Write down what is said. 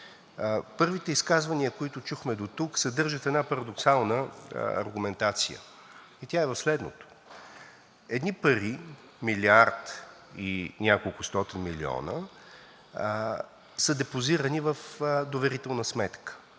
Първите изказвания, които чухме дотук, съдържат една парадоксална аргументация, и тя е в следното. Едни пари, милиард и няколкостотин милиона, са депозирани в доверителна сметка,